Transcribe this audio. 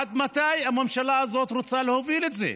עד מתי הממשלה הזאת רוצה להוביל את זה?